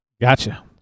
Gotcha